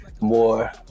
more